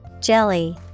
Jelly